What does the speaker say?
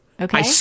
Okay